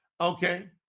Okay